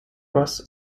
ross